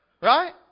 Right